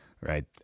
right